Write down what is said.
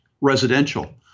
residential